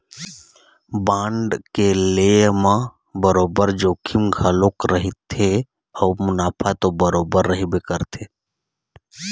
bond के लेय म बरोबर जोखिम घलोक रहिथे अउ मुनाफा तो बरोबर रहिबे करथे